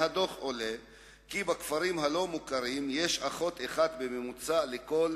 מהדוח עולה כי בכפרים הלא-מוכרים יש אחות אחת בממוצע לכל